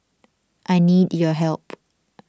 I need your help